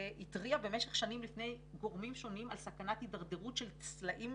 התריע במשך שנים לפני גורמים שונים על סכנת הידרדרות של סלעים